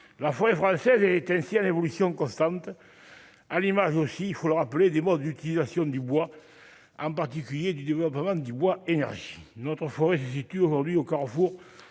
La forêt française est ainsi à l'évolution constante à l'image aussi il faut le rappeler des modes d'utilisation du bois, en particulier du développement du bois énergie notre foi aujourd'hui au Carrefour